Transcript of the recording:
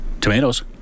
Tomatoes